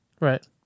Right